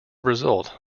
result